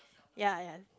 ya yes